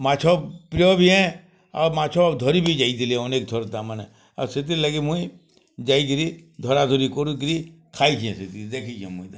ମାଛ ପ୍ରିୟଁ ବି ଏଁ ଆଉ ମାଛ ଧରିବି ଯାଇଥିଲି ଅନେକ୍ ଥର ତା ମାନେ ଆଉ ସେଥିର୍ ଲାଗି ମୁଇଁ ଯାଇକିରୀ ଧରା ଧୁରୀ କରିକୁରି ଖାଇଁ ଦେଖିଛେ ମୁଇଁ ତାମାନେ